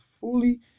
fully